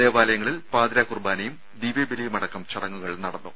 ദേവാലയങ്ങളിൽ പാതിരാ കുർബാനയും ദിവ്യബലിയും അടക്കം ചടങ്ങുകൾ നടന്നു